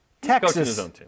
Texas